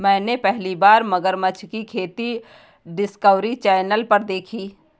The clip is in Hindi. मैंने पहली बार मगरमच्छ की खेती डिस्कवरी चैनल पर देखी